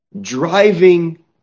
driving